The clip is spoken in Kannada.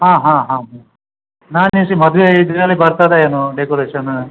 ಹಾಂ ಹಾಂ ಹಾಂ ನಾನು ಇಲ್ಲಿ ಮದುವೆ ಇದರಲ್ಲಿ ಬರ್ತದೋ ಏನೋ ಡೆಕೊರೇಷನು